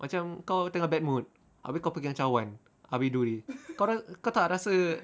macam kau tengah bad mood abeh kau pegang cawan abeh duri kau kau tak rasa